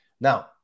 Now